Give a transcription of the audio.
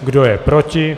Kdo je proti?